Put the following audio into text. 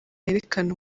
yerekana